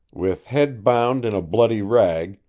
with head bound in a bloody rag,